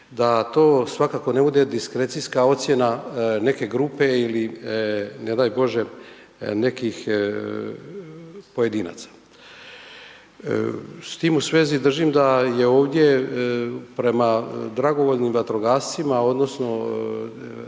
da to svakako ne bude diskrecijska ocjena neke grupe ili ne daj Bože nekih pojedinaca. S tim u svezi, držim da je ovdje prema dragovoljnim vatrogascima, odnosno